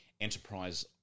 Enterprise